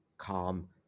Calm